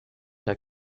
der